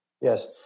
Yes